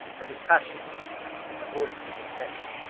there was passion there and her voice was intense.